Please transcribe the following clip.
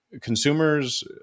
consumers